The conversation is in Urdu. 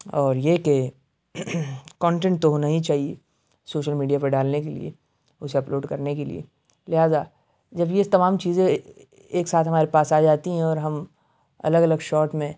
اور یہ کہ کونٹینٹ تو ہونا ہی چاہیے سوشل میڈیا پہ ڈالنے کے لیے کچھ اپ لوڈ کرنے کے لیے لہٰذا جب یہ تمام چیزیں ایک ساتھ ہمارے پاس آ جاتی ہیں اور ہم الگ الگ شارٹ میں